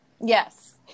Yes